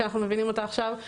שאנחנו מבינים אותה עכשיו,